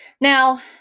Now